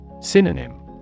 Synonym